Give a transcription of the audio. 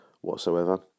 whatsoever